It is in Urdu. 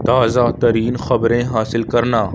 تازہ ترین خبریں حاصل کرنا